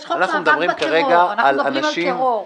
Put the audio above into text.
יש חוק מאבק בטרור, אנחנו מדברים על טרור.